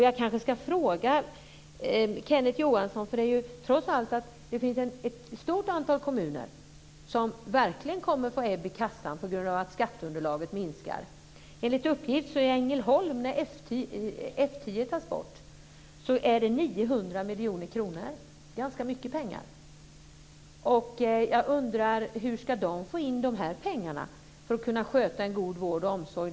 Jag kanske ska ställa en fråga till Kenneth Johansson, eftersom det trots allt finns ett stort antal kommuner som verkligen kommer att få ebb i kassan på grund av att skatteunderlaget minskar. För Ängelholms del handlar det enligt uppgift om 900 miljoner kronor när F 10 läggs ned. Det är ganska mycket pengar. Hur ska de få in dessa pengar för att kunna ge en god vård och omsorg?